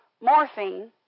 morphine